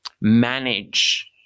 manage